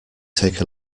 take